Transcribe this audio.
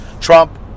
Trump